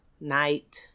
night